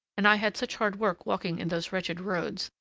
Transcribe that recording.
and i had such hard work walking in those wretched roads,